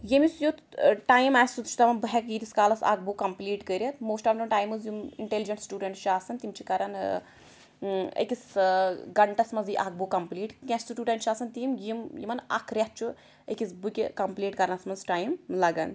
ییٚمِس یُتھ ٲں ٹایِم آسہِ سُہ چھُ دَپان بہٕ ہیٚکہٕ ییٖتِس کالَس اَکھ بُک کَمپٕلیٖٹ کٔرِتھ موسٹہٕ آف دَ ٹایمٕز یِم اِنٹٮیٚلِجیٚنٛٹ سِٹوٗڈنٛٹ چھِ آسَن تِم چھِ کران ٲں أکِس ٲں گھنٹَس منٛزٕے اَکھ بُک کَمپٕلیٖٹ کیٚنٛہہ سِٹوٗڈنٛٹ چھِ آسان تِم یِم یِمَن اکھ ریٚتھ چھُ أکِس بُکہِ کَمپٕلیٖٹ کرنَس منٛز ٹایم لَگان